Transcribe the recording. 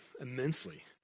immensely